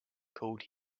called